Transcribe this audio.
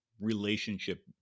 relationship